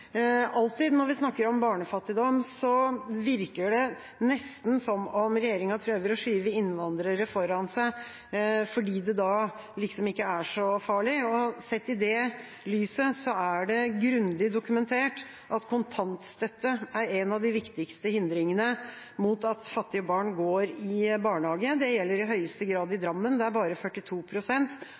Alltid når vi snakker om barnefattigdom, virker det nesten som om regjeringa prøver å skyve innvandrere foran seg, fordi det da liksom ikke er så farlig. Sett i det lyset er det grundig dokumentert at kontantstøtte er en av de viktigste hindringene mot at fattige barn går i barnehage. Det gjelder i høyeste grad i Drammen, der bare